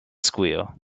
squeal